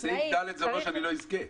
בסעיף קטן (ד) זה אומר שאני לא אזכה.